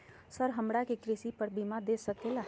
Sir हमरा के कृषि पर बीमा दे सके ला?